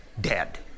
dead